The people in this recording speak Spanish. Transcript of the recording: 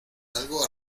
algo